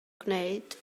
gwneud